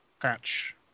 Patch